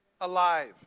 alive